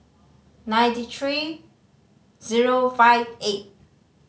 ninety three zero five eight